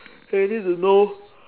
so you need to know